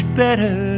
better